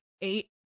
eight